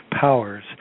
powers